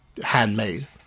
handmade